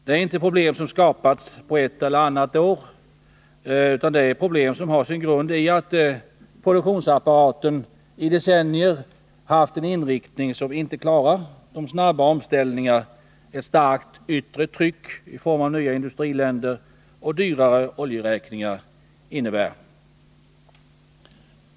Det är inte problem som skapats på ett eller annat år, utan det är poblem som har sin grund i att produktionsapparaten i decennier haft en inriktning som inte klarar de snabba omställningar ett starkt yttre tryck i form av nya industriländer och dyrare oljeräkningar innebär.